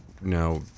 now